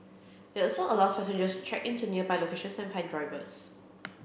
it also allows passengers check in to nearby locations and find drivers